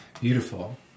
beautiful